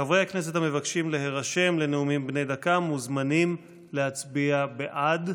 חברי הכנסת המבקשים להירשם לנאומים בני דקה מוזמנים להצביע בעד.